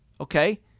Okay